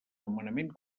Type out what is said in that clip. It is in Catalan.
nomenament